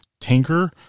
tanker